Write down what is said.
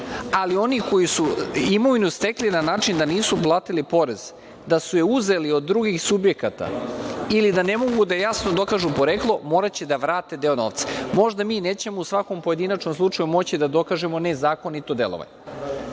ali oni koji su imovinu stekli na način da nisu platili porez, da su je uzeli od drugih subjekata ili da ne mogu da jasno dokažu poreklo, moraće da vrate deo novca. Možda mi nećemo u svakom pojedinačnom slučaju moći da dokažemo nezakonito delovanje,